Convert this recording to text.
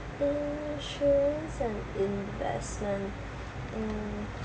insurance and investment mm